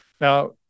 Now